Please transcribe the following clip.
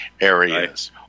areas